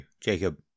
Jacob